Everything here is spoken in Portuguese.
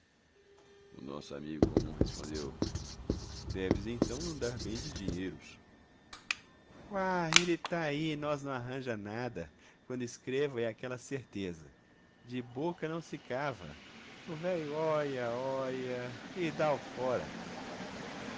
nosso amigo comum respondeu deves então andar bem de dinheiros quá ele tá i nós não arranja nada quando escrevo é aquela certeza de boca não se cava o véio óia óia e dá o fora